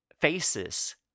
faces